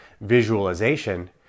visualization